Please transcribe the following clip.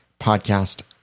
podcast